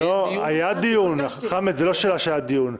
היה דיון, חמד, זה לא שלא היה דיון.